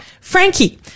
Frankie